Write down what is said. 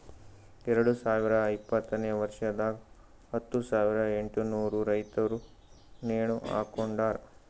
ಎರಡು ಸಾವಿರ ಇಪ್ಪತ್ತನೆ ವರ್ಷದಾಗ್ ಹತ್ತು ಸಾವಿರ ಎಂಟನೂರು ರೈತುರ್ ನೇಣ ಹಾಕೊಂಡಾರ್